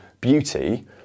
beauty